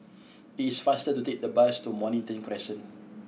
it is faster to take the bus to Mornington Crescent